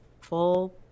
full